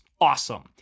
Awesome